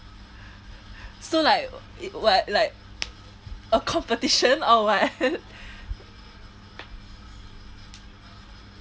so like w~ it what like a competition or what